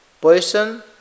poison